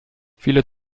viele